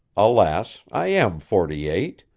alas, i am forty-eight,